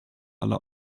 aller